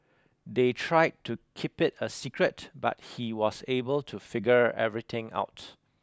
they tried to keep it a secret but he was able to figure everything out